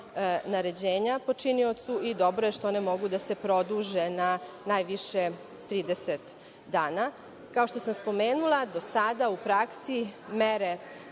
naređenja počiniocu i dobro je što one mogu da se produže na najviše 30 dana. Kao što sam spomenula do sada u praksi mere